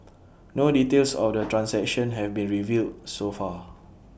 no details of the transaction have been revealed so far